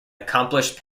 accomplished